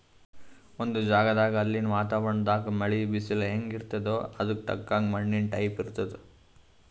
ಒಂದ್ ಜಗದಾಗ್ ಅಲ್ಲಿನ್ ವಾತಾವರಣದಾಗ್ ಮಳಿ, ಬಿಸಲ್ ಹೆಂಗ್ ಇರ್ತದ್ ಅದಕ್ಕ್ ತಕ್ಕಂಗ ಮಣ್ಣಿನ್ ಟೈಪ್ ಇರ್ತದ್